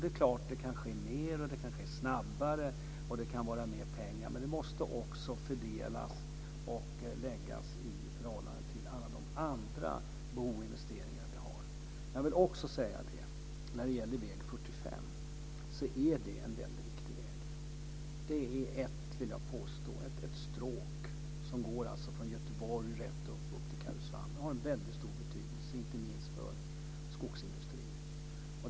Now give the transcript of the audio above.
Det är klart att det kan ske mer, att det kan ske snabbare och att det kan vara mer pengar. Men det måste också fördelas och läggas i förhållande till alla de andra investeringsbehov vi har. Jag vill också säga att väg 45 är en väldigt viktig väg. Det är, vill jag påstå, ett stråk som går från Göteborg rätt upp till Karesuando. Det har väldigt stor betydelse, inte minst för skogsindustrin.